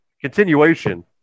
continuation